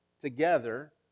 together